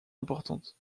importantes